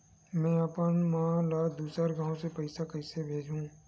में अपन मा ला दुसर गांव से पईसा कइसे भेजहु?